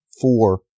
four